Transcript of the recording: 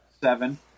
seven